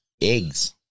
eggs